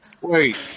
Wait